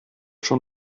schon